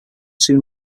soon